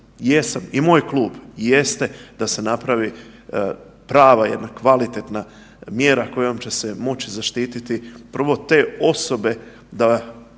jesam i moj klub jeste da se napravi prava jedna kvalitetna mjera kojom će se moći zaštititi, prvo te osobe da